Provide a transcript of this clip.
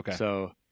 Okay